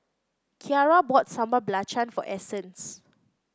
Ciara bought Sambal Belacan for Essence